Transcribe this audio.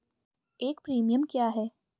एक प्रीमियम क्या है?